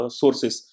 sources